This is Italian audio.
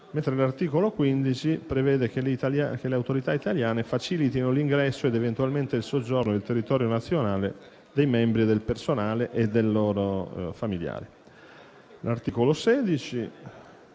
mentre l'articolo 15 prevede che le autorità italiane facilitino l'ingresso ed eventualmente il soggiorno nel territorio nazionale dei membri del personale e dei loro familiari.